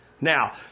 Now